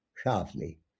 sharply